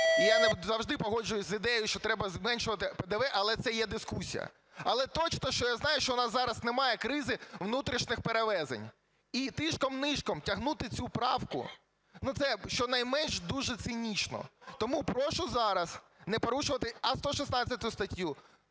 я не завжди погоджуюсь з ідеєю, що треба зменшувати ПДВ, але це є дискусія. Але точно, що я знаю, що в нас зараз немає кризи внутрішніх перевезень. І тишком-нишком тягнути цю правку, ну, це щонайменш дуже цинічно. Тому прошу зараз не порушувати 116 статтю,